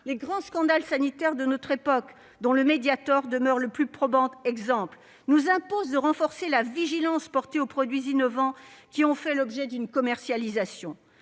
les grands scandales sanitaires de notre époque, dont celui du Mediator demeure le plus probant exemple, nous imposent de renforcer la vigilance portée aux produits innovants qui ont fait l'objet d'une commercialisation.